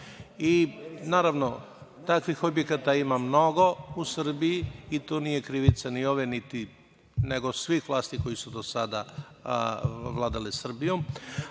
Naravno, takvih objekata ima mnogo u Srbiji i to nije krivica ni ove, nego svih vlasti koje su do sada vladale Srbije. Ali,